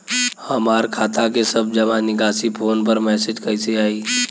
हमार खाता के सब जमा निकासी फोन पर मैसेज कैसे आई?